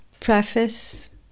preface